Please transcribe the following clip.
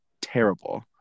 terrible